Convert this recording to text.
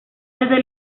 desde